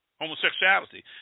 Homosexuality